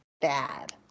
bad